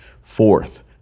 Fourth